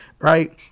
right